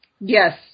Yes